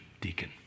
Deacon